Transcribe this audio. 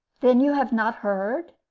then you have not heard?